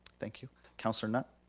thank you. councilor knutt?